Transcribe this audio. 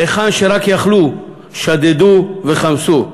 היכן שרק יכלו שדדו וחמסו.